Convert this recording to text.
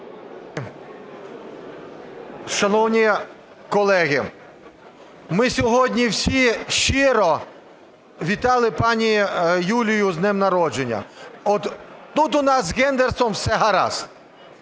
Шановні колеги, ми сьогодні всі щиро вітали пані Юлію з днем народження. Тут у нас з гендерством все гаразд,